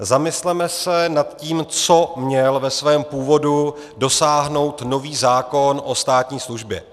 Zamysleme se nad tím, co měl ve svém původu dosáhnout nový zákon o státní službě.